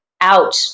out